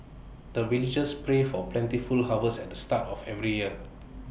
the villagers pray for plentiful harvest at the start of every year